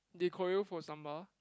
they call you for samba